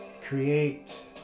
create